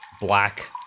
black